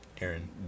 Aaron